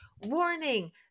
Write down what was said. warning